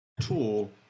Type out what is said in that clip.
tool